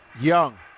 Young